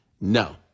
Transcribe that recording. No